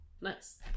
nice